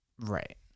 Right